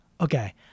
Okay